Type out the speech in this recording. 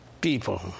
people